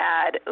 add